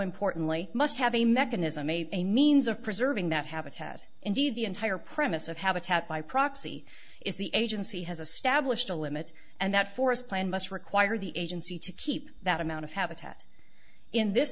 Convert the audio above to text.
importantly must have a mechanism made a means of preserving that habitat indeed the entire premise of habitat by proxy is the agency has a stablished a limit and that forest plan must require the agency to keep that amount of habitat in this